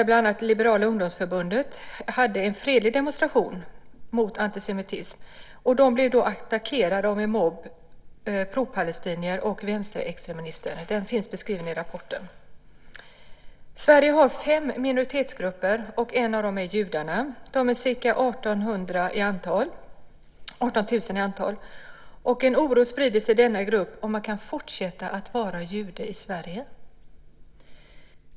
Bland andra Liberala ungdomsförbundet hade då en fredlig demonstration mot antisemitism och blev då attackerade av en mobb propalestinier och vänsterextremister. Detta finns beskrivet i rapporten. Sverige har fem minoritetsgrupper, och en av dem är judarna. De är ca 18 000 till antalet. En oro sprider sig nu i denna grupp för om man kan fortsätta att vara jude i Sverige.